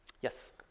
Yes